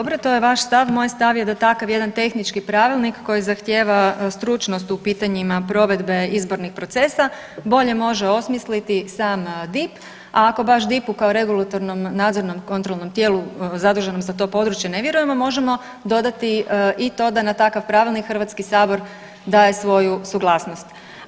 Dobro, to je vaš stav, moj stav je da takav jedan tehnički pravilnik koji zahtjeva stručnost u pitanjima provedbe izbornih procesa bolje može osmisliti sam DIP, a ako baš DIP-u kao regulatornom nadzornom kontrolnom tijelu zaduženom za to područje ne vjerujemo, možemo dodati i to da na takav pravilnik HS daje svoju suglasnost.